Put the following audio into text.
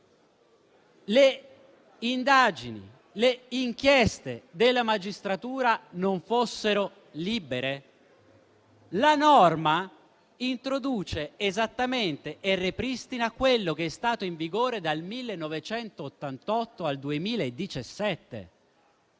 le indagini e le inchieste della magistratura non fossero libere? La norma introduce e ripristina esattamente quello che è stato in vigore dal 1988 al 2017.